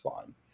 fine